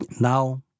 now